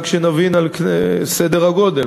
רק שנבין את סדר הגודל,